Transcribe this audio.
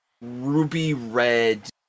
ruby-red